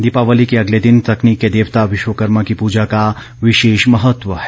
दीपावली के अगले दिन तकनीक के देवता विश्वकर्मा की पूजा का विशेष महत्व है